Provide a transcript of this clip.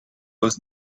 was